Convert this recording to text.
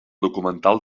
documental